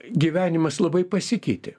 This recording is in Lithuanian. gyvenimas labai pasikeitė